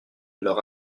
leur